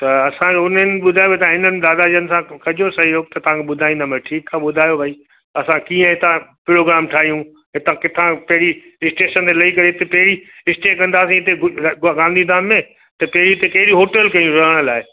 त असांखे उन्हनि ॿुधायो तव्हां भई इन्हनि दादा जनि सां कजो सहयोगु त तव्हांखे ॿुधाईंदमि मां चयो ठीकु आहे ॿुधायो भाई असां कीअं हितां प्रोग्राम ठाहियूं हितां किथां पहिरीं स्टेशन ते लही करे हिते पहिरीं स्टेशन तां असीं हिते गु गांधीधाम में त कहिड़ी टिके होटल कयूं रहण लाइ